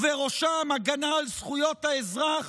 ובראשם הגנה על זכויות האזרח